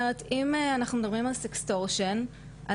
לא היועצות בחברה היהודית ידעו לשיים את התופעה,